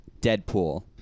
Deadpool